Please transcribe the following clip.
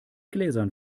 gläsern